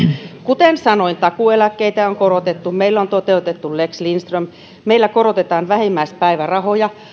kuten sanoin takuueläkkeitä on korotettu meillä on toteutettu lex lindström ja meillä korotetaan vähimmäispäivärahoja